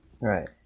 Right